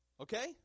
Okay